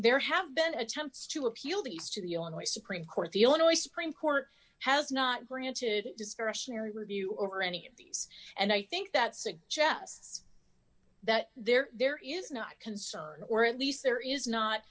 there have been attempts to appeal these to the illinois supreme court the illinois supreme court has not grant to disparage mary review over any of these and i think that suggests that there there is not concern or at least there is not